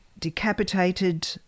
decapitated